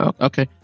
Okay